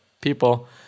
people